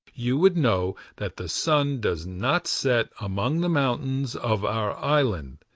you would know that the sun does not set among the mountains of our island,